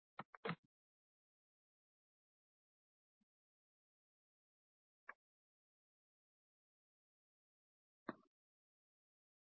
प्रमाणे गेट असेल